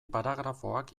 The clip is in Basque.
paragrafoak